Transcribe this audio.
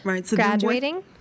graduating